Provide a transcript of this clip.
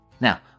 Now